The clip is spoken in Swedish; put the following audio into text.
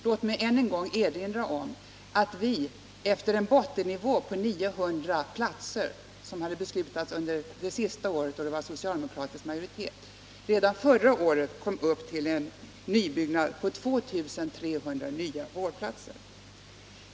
Låt mig än en gång erinra om att vi efter en bottennivå på 900 platser, som hade beslutats under det sista året med socialdemokratisk majoritet, redan förra året kom upp till en utbyggnad av 2 300 nya vårdplatser.